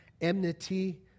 Enmity